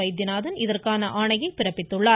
வைத்தியநாதன் இதற்கான ஆணையை பிறப்பித்துள்ளார்